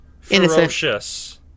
ferocious